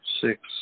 six